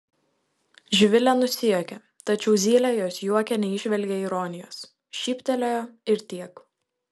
živilė nusijuokė tačiau zylė jos juoke neįžvelgė ironijos šyptelėjo ir tiek